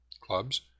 clubs